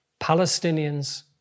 Palestinians